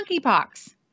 monkeypox